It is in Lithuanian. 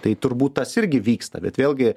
tai turbūt tas irgi vyksta bet vėlgi